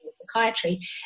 psychiatry